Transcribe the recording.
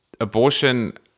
abortion